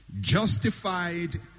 justified